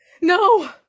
No